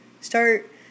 Start